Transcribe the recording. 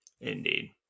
Indeed